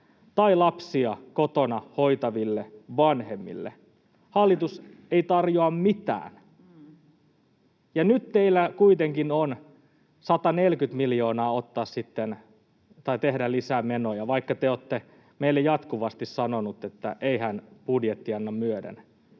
tai lapsia kotona hoitaville vanhemmille hallitus ei tarjoa mitään. Ja nyt teillä kuitenkin on 140 miljoonaa tehdä lisää menoja, vaikka te olette meille jatkuvasti sanoneet, että eihän budjetti anna myöden.